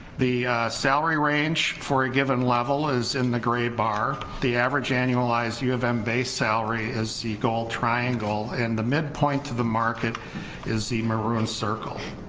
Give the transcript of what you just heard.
the salary range for a given level is in the gray bar, the average annualized u of m base salary is the goal triangle and the midpoint to the market is the maroon circle,